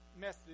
message